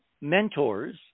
mentors